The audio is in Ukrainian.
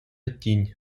тінь